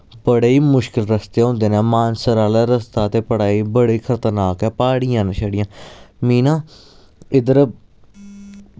बड़े ही मुश्कल रस्ते होंदे न मानसर आह्ला रस्ता ते बड़ा ही बड़े खतरनाक ऐ प्हाड़ियां न छड़ियां मि ना इद्धर